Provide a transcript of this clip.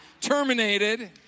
Terminated